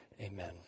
Amen